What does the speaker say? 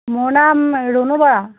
মোৰ নাম ৰুণু বৰা